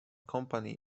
company